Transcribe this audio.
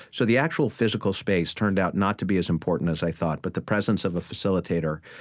so the actual physical space turned out not to be as important as i thought, but the presence of a facilitator,